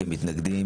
כמתנגדים,